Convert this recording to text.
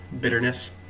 bitterness